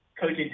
coaching